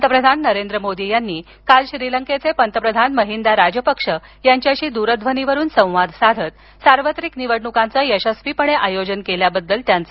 पंतप्रधान नरेंद्र मोदी यांनी काल श्रीलंकेचे पंतप्रधान महिंदा राजपक्ष यांच्याशी दूरध्वनीवरून संवाद साधत सार्वत्रिक निवडणुकांच यशस्वीपणे आयोजन केल्याबद्दल त्यांचं अभिनंदन केलं